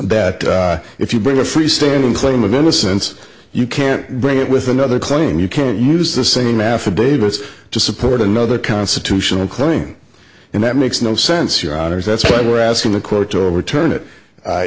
that if you bring a free standing claim of innocence you can't bring it with another claim you can't use the same affidavit to support another constitutional claim and that makes no sense here that's why we're asking the court to overturn it